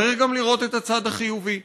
צריך גם לראות את הצד החיובי,